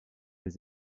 les